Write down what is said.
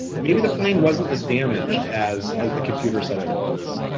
maybe the plane wasn't as damaged as as the computer said it was.